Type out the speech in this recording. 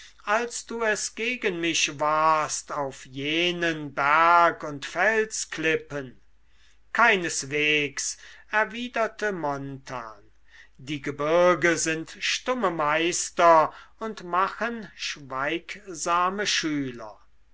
als du es gegen mich warst auf jenen berg und felsklippen keineswegs erwiderte montan die gebirge sind stumme meister und machen schweigsame schüler